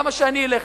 למה שאני אלך,